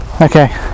Okay